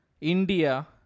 India